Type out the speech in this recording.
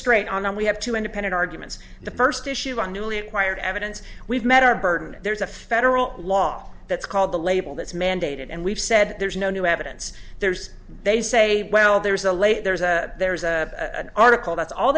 straight on we have two independent arguments the first issue our newly acquired evidence we've met our burden there's a federal law that's called the lathe that's mandated and we've said there's no new evidence there's they say well there's a late there's a there's a article that's all